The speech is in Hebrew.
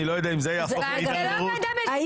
אני לא יודע אם זה יהפוך להידרדרות --- זה לא ועדה משותפת,